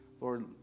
Lord